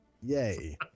Yay